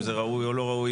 אם זה ראוי או לא ראוי,